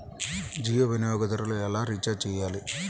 జియో వినియోగదారులు ఎలా రీఛార్జ్ చేయాలి?